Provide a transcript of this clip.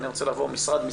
אני רוצה לעבור משרד-משרד,